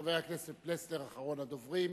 חבר הכנסת פלסנר, אחרון הדוברים.